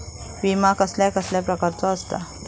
विमा कसल्या कसल्या प्रकारचो असता?